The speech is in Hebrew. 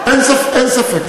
אין ספק.